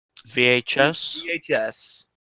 VHS